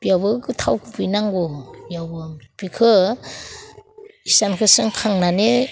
बेयावबो थाव गुबै नांगौ बेयावबो बेखौ इसानखौ सोंखांनानै